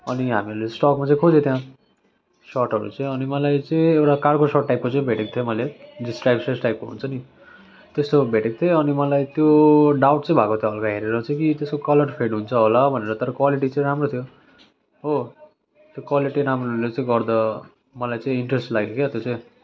अनि हामीहरूले स्टकमा चाहिँ खोज्यो त्यहाँ सर्टहरू चाहिँ अनि मलाई चाहिँ एउटा कार्गो सर्ट टाइपको चाहिँ भेटेको थिएँ मैले स्ट्राइप स्ट्राइप टाइपको हुन्छ नि त्यस्तो भेटेको थिएँ अनि मलाई त्यो डाउट चाहिँ भएको थियो हलका हेरेर चाहिँ कि त्यसको कलर फेड हुन्छ होला भनेर तर क्वाालिटी चाहिँ राम्रो थियो हो त्यो क्वाालिटी राम्रोले चाहिँ गर्दा मलाई चाहिँ इन्ट्रेस्ट लाग्यो क्या त्यो चाहिँ